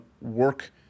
work